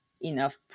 enough